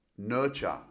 nurture